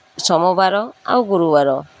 ସୋମବାର ଆଉ ଗୁରୁବାର